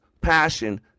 passion